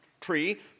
tree